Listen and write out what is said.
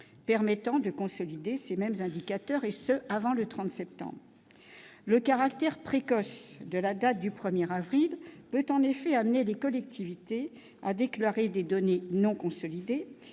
permettant de consolider ces mêmes indicateurs et ce avant le 37 ans, le caractère précoce de la date du 1er avril peut en effet amené des collectivités, a déclaré des données non consolidées,